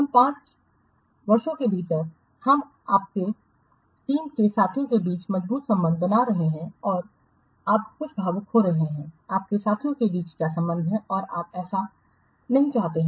उन चार पांच वर्षों के भीतर हम आपके टीम के साथियों के बीच मजबूत संबंध बना रहे हैं और आप कुछ भावुक हो रहे हैं आपके साथियों के बीच क्या संबंध है और आप ऐसा नहीं चाहते हैं